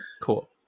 Cool